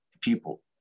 people